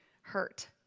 hurt